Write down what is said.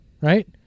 right